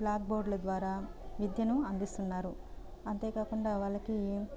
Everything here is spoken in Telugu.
బ్లాక్ బోర్డుల ద్వారా విద్యను అందిస్తున్నారు అంతే కాకుండా వాళ్ళకి